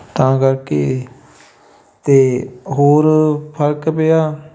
ਤਾਂ ਕਰਕੇ ਅਤੇ ਹੋਰ ਫਰਕ ਪਿਆ